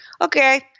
Okay